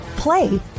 Play